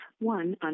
one